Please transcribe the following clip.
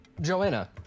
Joanna